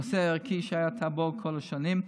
נושא ערכי שהיה טאבו כל השנים.